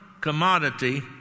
commodity